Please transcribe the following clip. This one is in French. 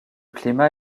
climat